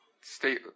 state